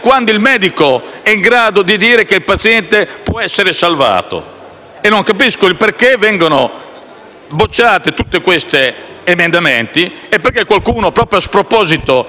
Non capisco perché vengano bocciati tutti questi emendamenti e perché qualcuno, proprio a sproposito, abbia tirato in ballo la scienza. Tutta la scienza che ha parlato qua e chi